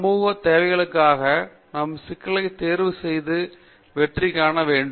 சமூக தேவைகளுக்காக நாம் சிக்கல்களை தேர்வு செய்து வெற்றி காண வேண்டும்